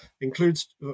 includes